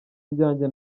ibyanjye